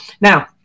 Now